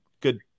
good